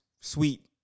sweet